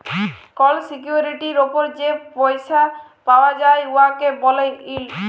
call সিকিউরিটির উপর যে পইসা পাউয়া যায় উয়াকে ব্যলে ইল্ড